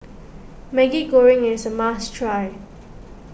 Maggi Goreng is a must try